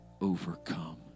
overcome